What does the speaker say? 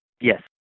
Yes